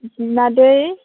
बिमादै